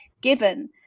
given